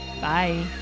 Bye